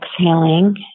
exhaling